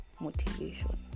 motivation